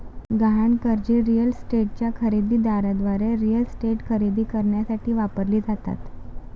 गहाण कर्जे रिअल इस्टेटच्या खरेदी दाराद्वारे रिअल इस्टेट खरेदी करण्यासाठी वापरली जातात